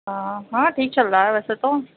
ہاں ہاں ٹھیک چل رہا ہے ویسے تو